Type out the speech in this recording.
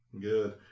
Good